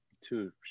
two